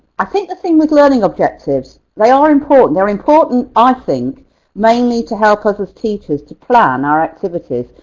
i think the thing with learning objectives, they are important. they're important i think mainly to help us as teachers to plan our activities.